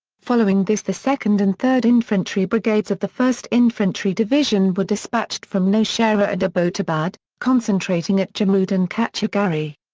following this the second and third infantry brigades of the first infantry division were dispatched from nowshera and abbottabad, concentrating at jamrud and kacha garhi.